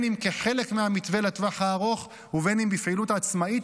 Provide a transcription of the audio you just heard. אם כחלק מהמתווה לטווח הארוך ואם בפעילות עצמאית,